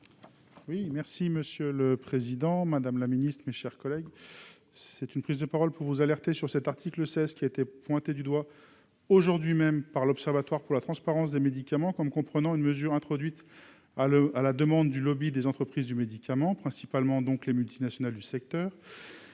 merci Monsieur le Président, Madame la Ministre, mes chers collègues, c'est une prise de parole pour vous alerter sur cet article 16 qui a été pointée du doigt aujourd'hui même par l'Observatoire pour la transparence des médicaments comme comprenant une mesure introduite à l'heure à la demande du lobby des entreprises du médicament principalement donc les multinationales du secteur,